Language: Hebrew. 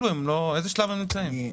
איזה שלב הם נמצאים?